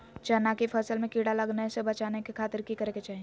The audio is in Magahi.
चना की फसल में कीड़ा लगने से बचाने के खातिर की करे के चाही?